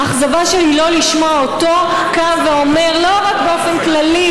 האכזבה שלי היא לא לשמוע אותו קם ואומר לא רק באופן כללי: